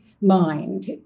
mind